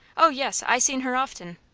oh, yes, i seen her often.